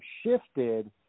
shifted